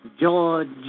George